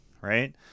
right